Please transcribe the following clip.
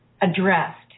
addressed